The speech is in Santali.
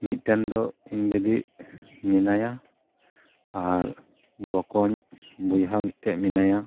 ᱢᱤᱫ ᱴᱮᱱ ᱫᱚ ᱤᱧ ᱫᱤᱫᱤ ᱢᱮᱱᱟᱭᱟ ᱟᱨ ᱵᱚᱠᱚᱧ ᱵᱚᱭᱦᱟ ᱢᱤᱫ ᱴᱮᱱ ᱢᱮᱱᱟᱭᱟ